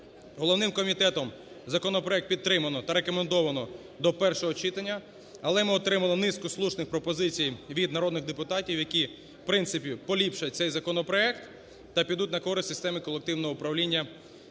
Головним комітетом законопроект підтримано та рекомендовано до першого читання, але ми отримали низку слушних пропозицій від народних депутатів, які в принципі поліпшать цей законопроект та підуть на користь системі колективного управління